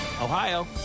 Ohio